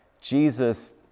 Jesus